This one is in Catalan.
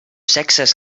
sexes